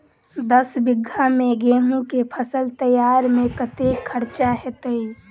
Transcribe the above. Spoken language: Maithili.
दस बीघा मे गेंहूँ केँ फसल तैयार मे कतेक खर्चा हेतइ?